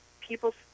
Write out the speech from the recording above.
People